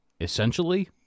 essentially